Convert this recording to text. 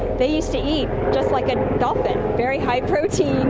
they used to eat just like a dolphin, very high protein.